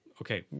okay